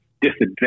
disadvantage